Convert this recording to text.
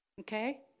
okay